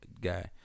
guy